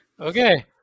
Okay